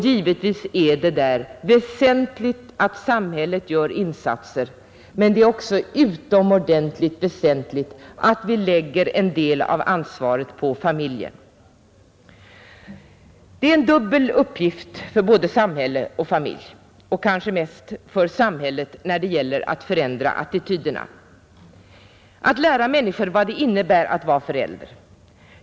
Givetvis är det då väsentligt att samhället gör insatser, men det är också utomordentligt väsentligt att vi lägger en del av ansvaret på familjen. Det är en dubbel uppgift för både samhälle och familj — kanske mest för samhället när det gäller att förändra attityderna — att lära människorna vad det innebär att vara förälder.